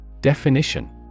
Definition